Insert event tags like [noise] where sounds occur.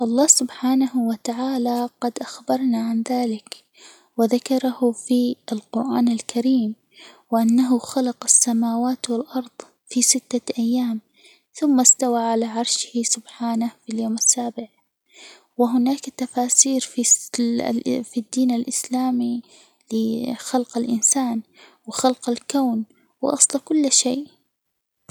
الله سبحانه وتعالى قد أخبرنا عن ذلك وذكره في القرآن الكريم، وأنه خلق السماوات والأرض في ستة أيام، ثم استوى على عرشه سبحانه في اليوم السابع، وهناك تفاسير [hesitation] في الدين الإسلامي لخلق الإنسان وخلق الكون وأصل كل شيء.